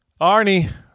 Arnie